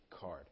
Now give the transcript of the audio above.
card